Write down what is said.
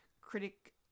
critic